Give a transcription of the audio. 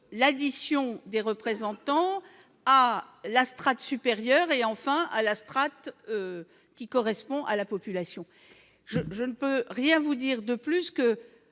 l'addition des représentants à la strate supérieure puis à la strate de la population. Je ne peux rien vous dire de plus que